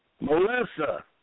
Melissa